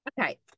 okay